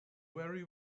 very